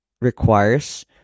requires